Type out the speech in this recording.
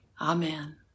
Amen